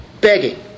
begging